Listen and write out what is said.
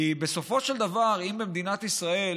כי בסופו של דבר, אם במדינת ישראל